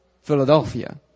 Philadelphia